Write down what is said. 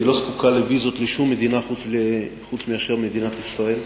היא לא זקוקה לוויזות לשום מדינה חוץ מלמדינת ישראל.